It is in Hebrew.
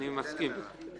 אני מסכים.